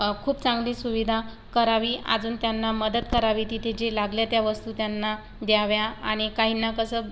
खूप चांगली सुविधा करावी अजून त्यांना मदत करावी तिथे जे लागल्या त्या वस्तू त्यांना द्याव्या आणि काहींना कसं